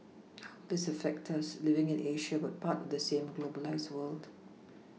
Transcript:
how this affect us living in Asia but part of the same globalised world